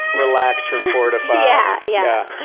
relax from four to five. yeah yeah